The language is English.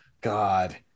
God